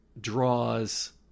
draws